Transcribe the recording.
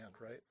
right